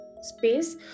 space